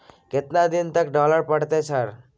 केतना दिन तक डालय परतै सर?